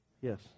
Yes